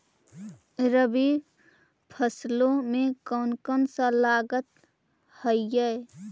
रबी फैसले मे कोन कोन सा लगता हाइय?